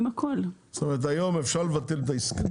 זאת אומרת, היום אפשר לבטל את העסקה.